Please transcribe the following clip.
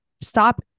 Stop